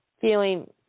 feeling